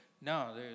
no